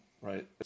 Right